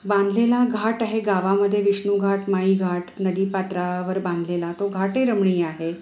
बांधलेला घाट आहे गावामध्ये विष्णू घाट माई घाट नदी पात्रावर बांधलेला तो घाटही रमणीय आहे